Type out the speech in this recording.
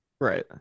Right